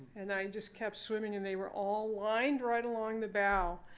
and i just kept swimming. and they were all lined right along the bow.